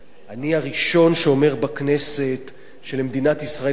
אני הראשון שאומר בכנסת שלמדינת ישראל יש זכות